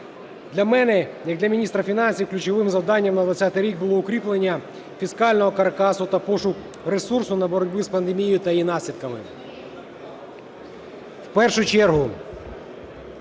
Для мене як для міністра фінансів ключовим завданням на 20-й рік було укріплення фіскального каркасу та пошук ресурсу на боротьбу з пандемією та її наслідками.